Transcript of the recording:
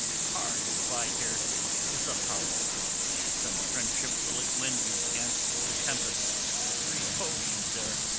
hard by here is a hovel some friendship will it lend you gainst the tempest repose you there,